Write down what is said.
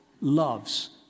loves